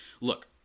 Look